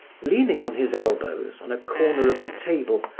leaning on his elbows on a corner of the table,